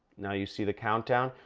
now, you see the countdown?